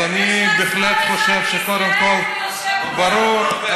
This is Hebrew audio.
יש רק שמאל אחד בישראל,